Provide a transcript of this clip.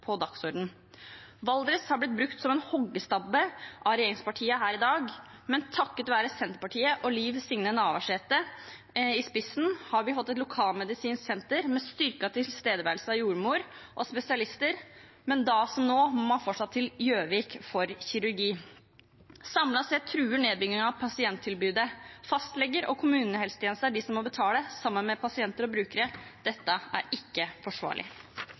dagsordenen. Valdres har blitt brukt som en hoggestabbe av regjeringspartiene her i dag. Takket være Senterpartiet, med Liv Signe Navarsete i spissen, har vi hatt et lokalmedisinsk senter med styrket tilstedeværelse av jordmor og spesialister, men da som nå må man fortsatt til Gjøvik når det gjelder kirurgi. Samlet sett truer nedbyggingen pasienttilbudet. Fastleger og kommunehelsetjeneste er de som må betale, sammen med pasienter og brukere. Dette er ikke forsvarlig.